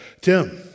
Tim